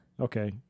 Okay